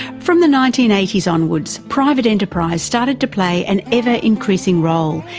from the nineteen eighty s onwards, private enterprise started to play an ever-increasing role,